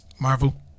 Marvel